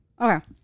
Okay